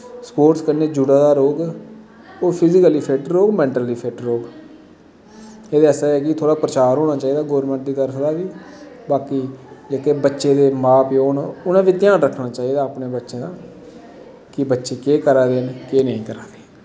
sports कन्नै जुड़े दा रौह्ग ओह् फिजिक्ली फिट रौह्ग मैंटली फिट्ट रौह्ग एह्दै आस्तै थोह्ड़ा प्रचार होना चाही जा गौरमैंट दी तरफ दा बाकी जेह्ॅकी मां प्यो दे बच्चे न उनैं बी ध्यान रक्खना चाही दा अपनें बच्चें दा कि बच्चे केह् करा दे केह् नेंई करा दे